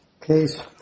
case